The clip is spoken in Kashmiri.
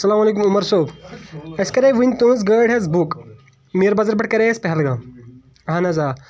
اسلام علیکم عمر صٲب اَسہِ کریے وُنی تُہٕنٛز گٲڑۍ حظ بُک میٖر بازرٕ پٮ۪ٹھ کَریے اَسہِ پہلگام آہن آ